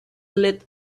lit